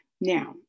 Now